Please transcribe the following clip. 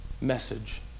message